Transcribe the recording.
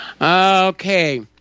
Okay